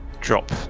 drop